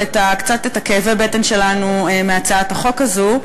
וקצת את כאבי הבטן שלנו מהצעת החוק הזאת.